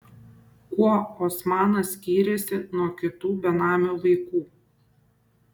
kuo osmanas skyrėsi nuo kitų benamių vaikų